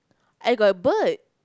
I got a bird